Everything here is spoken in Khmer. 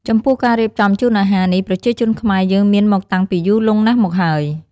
ចំពោះការរៀបចំជូនអាហារនេះប្រជាជនខ្មែរយើងមានមកតាំងពីយូរលង់ណាស់មកហើយ។